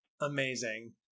Amazing